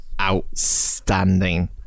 outstanding